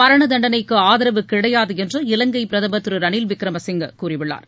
மரண தண்டனைக்கு ஆதரவு கிடையாது என்று இலங்கை பிரதமர் திரு ரணில் விக்ரமசிங்கே கூறியுள்ளார்